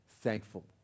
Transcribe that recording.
thankful